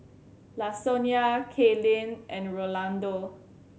Lasonya Kaylin and Rolando